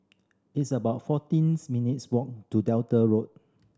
it's about fourteen minutes' walk to Delta Road